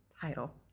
title